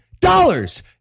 dollars